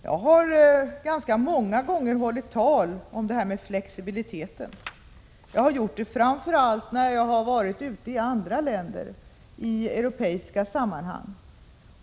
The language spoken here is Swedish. Jag har ganska många gånger hållit tal om detta med flexibilitet, framför allt när jag i europeiska sammanhang har framträtt utomlands.